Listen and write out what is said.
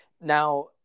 Now